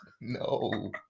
No